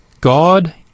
God